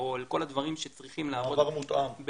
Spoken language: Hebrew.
או לכל הדברים שצריכים להראות במקוון.